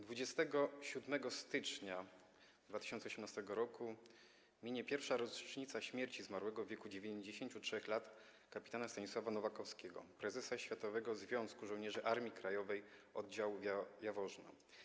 27 stycznia 2018 r. minie pierwsza rocznica śmierci zmarłego w wieku 93 lat kpt. Stanisława Nowakowskiego, prezesa Światowego Związku Żołnierzy Armii Krajowej Oddział Jaworzno.